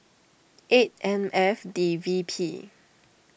eight M F D V P